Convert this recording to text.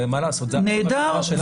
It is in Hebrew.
נהדר.